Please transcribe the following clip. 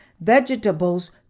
Vegetables